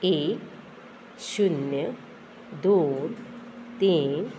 एक शुन्य दोन तीन